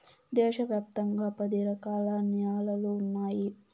దేశ వ్యాప్తంగా పది రకాల న్యాలలు ఉన్నాయి